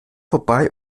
vorbei